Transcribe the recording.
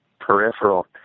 peripheral